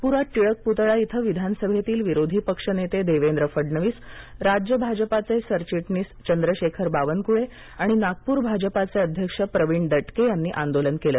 नागपुरात टिळक पुतळा इथं विधानसभेतील विरोधी पक्षनेते देवेंद्र फडणवीसराज्य भाजपाचे सरचिटणीस चंद्रशेखर बावनक्ळे आणि नागपूर भाजपाचे अध्यक्ष प्रवीण दटके यांनी आंदोलन केलं